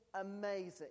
Amazing